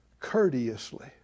courteously